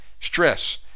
stress